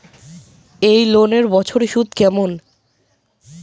এই লোনের বছরে সুদ কেমন?